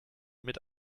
mit